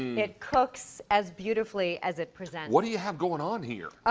it cooks as beautifully as it presents. what do you have going on here?